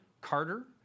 Carter